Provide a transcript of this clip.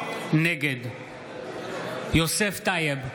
נגד יוסף טייב,